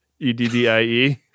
E-D-D-I-E